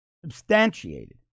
Substantiated